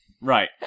Right